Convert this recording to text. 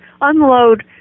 unload